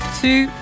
two